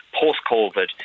post-COVID